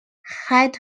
had